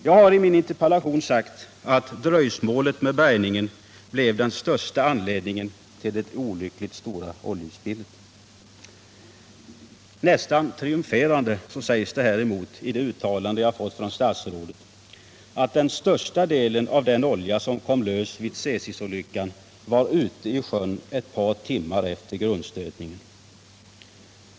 Jag har i min interpellation sagt: ”Dröjsmålet vid bärgningen blev den största anledningen till detta olyckliga, stora oljespill.” Nästan triumferande sägs det häremot i det uttalande jag fått från statsrådet, att den största delen av den olja som kom lös vid Tsesisolyckan var ute i sjön ett par timmar efter grundstötningen.